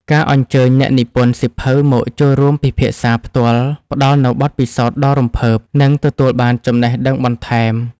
ការអញ្ជើញអ្នកនិពន្ធសៀវភៅមកចូលរួមពិភាក្សាផ្ទាល់ ផ្ដល់នូវបទពិសោធន៍ដ៏រំភើប និងទទួលបានចំណេះដឹងបន្ថែម។